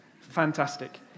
Fantastic